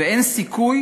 ואין סיכוי